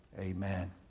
Amen